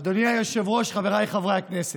אדוני היושב-ראש, חבריי חברי הכנסת,